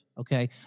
okay